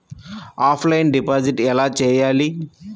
Offline deposit ఎలా చేయాలి?